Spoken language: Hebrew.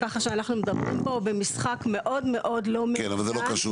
כך שאנחנו מדברים פה במשחק מאוד מאוד לא מאוזן.